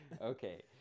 okay